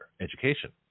Education